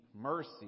mercy